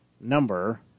number